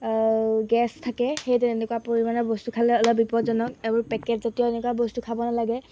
gas থাকে সেই তেনেকুৱা পৰিমাণৰ বস্তু খালে অলপ বিপদজনক এইবোৰ পেকেটজাতীয় এনেকুৱা বস্তু খাব নালাগে